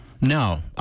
No